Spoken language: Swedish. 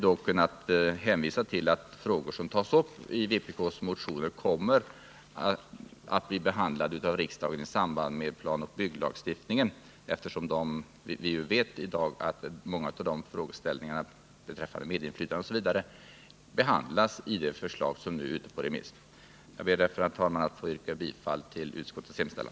Beträffande andra frågor som tas upp i vpk-motionen — de boendes medinflytande osv. — hänvisar utskottet till att riksdagen kommer att behandla dem i samband med det förslag till planoch bygglagstiftning som nu är ute på remiss. Jag ber, herr talman, att få yrka bifall till utskottets hemställan.